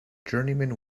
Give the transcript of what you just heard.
journeyman